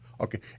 Okay